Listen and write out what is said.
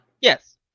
yes